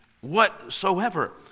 whatsoever